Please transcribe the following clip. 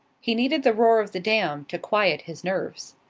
he needed the roar of the dam to quiet his nerves.